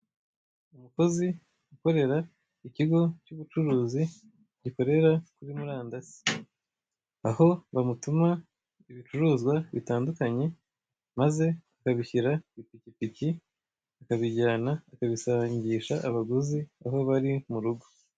Umukozi ukorera ikigo cy'ubucuruzi gikorera kuri murandasi. Aho bamutuma ibicuruzwa bitandukanye maze akabishyira ku ipikipiki akabijyana akabisangisha abaguzi aho bari mu rrugo.